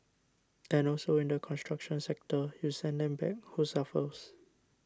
and also in the construction sector you send them back who suffers